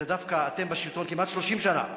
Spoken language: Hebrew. דווקא אתם בשלטון כמעט 30 שנה,